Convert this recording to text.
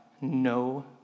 no